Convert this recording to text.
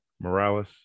Morales